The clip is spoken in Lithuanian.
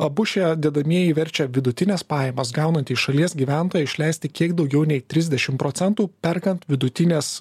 abu šie dedamieji verčia vidutines pajamas gaunantys šalies gyventojai išleisti kiek daugiau nei trisdešim procentų perkant vidutines